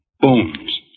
bones